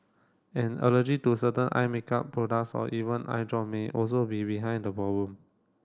an allergy to certain eye makeup products or even eye drop may also be behind the problem